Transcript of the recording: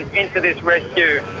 into this rescue,